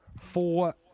four